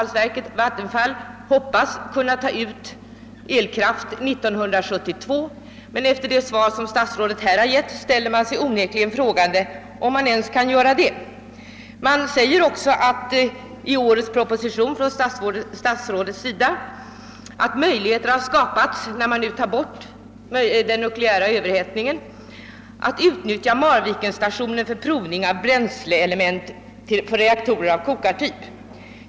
Vi vet att Vattenfall hoppas kunna ta ut elkraft 1972, men efter det svar som statsrådet i dag lämnat ställer man sig frågan om ens detta kan bli möjligt. Statsrådet uttalar vidare i årets statsverksproposition att möjligheter nu skapats att eliminera nukleär överhettning, varvid Marvikenanläggningen skulle kunna utnyttjas för provning av bränsleelement för reaktorer av kokartyp.